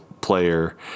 player